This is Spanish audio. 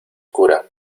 cura